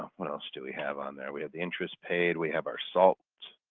what else do we have on there? we have the interest paid, we have our salts,